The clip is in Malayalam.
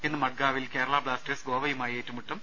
ഇന്ന് മഡ്ഗാവിൽ കേരളാ ബ്ലാസ്റ്റേഴ്സ് ഗോവയുമായി ഏറ്റുമുട്ടും